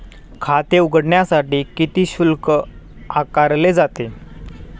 खाते उघडण्यासाठी किती शुल्क आकारले जाते?